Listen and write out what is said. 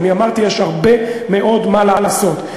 אני אמרתי: יש הרבה מאוד מה לעשות.